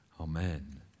Amen